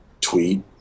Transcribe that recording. tweet